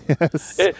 Yes